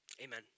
amen